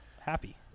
happy